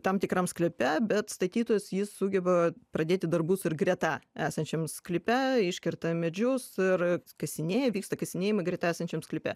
tam tikram sklype bet statytojas jis sugeba pradėti darbus ir greta esančiam sklype iškerta medžius ir kasinėja vyksta kasinėjimai greta esančiam sklype